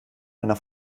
einer